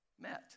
met